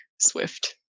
Swift